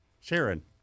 Sharon